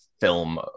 film